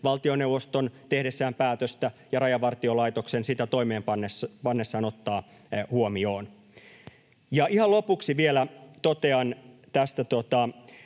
valtioneuvoston tehdessään päätöstä ja Rajavartiolaitoksen sitä toimeenpannessaan, ottaa huomioon. Ja ihan lopuksi vielä totean tästä